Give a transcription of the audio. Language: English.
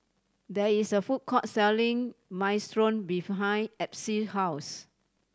there is a food court selling Minestrone behind Epsie's house